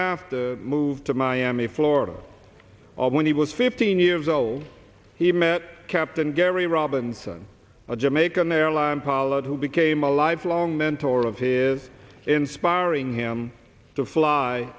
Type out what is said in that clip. after moved to miami florida when he was fifteen years old he met captain gary robinson a jamaican airline pilot who became a lifelong mentor of his inspiring him to fly